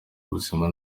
ubuzima